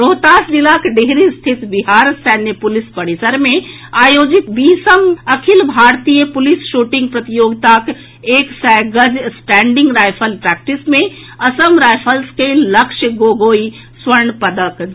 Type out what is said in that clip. रोहतास जिलाक डिहरी स्थित बिहार सैन्य पुलिस परिसर मे आयोजित बीसम अखिल भारतीय पुलिस शूटिंग प्रतियोगिताक एक सय गज स्टैंडिंग रायफल प्रैटिक्स मे असम रायफल्स के लक्ष्य गोगोई स्वर्ण पदक जीतलनि